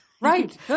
Right